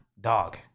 Dog